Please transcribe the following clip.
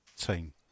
team